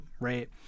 right